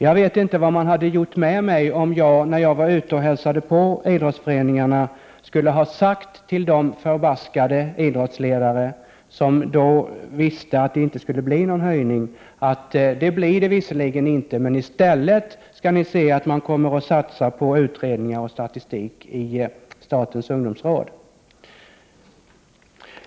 Jag vet inte vad de hade gjort med mig om jag, när jag var ute och hälsade på idrottsföreningarna, hade sagt till de ilskna idrottsledarna, som då visste att det inte skulle bli någon höjning av bidraget, att det blir visserligen ingen höjning, men i stället skall ni se att regeringen kommer att satsa på utredningar och statistik i statens ungdomsråd.